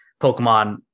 Pokemon